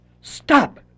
Stop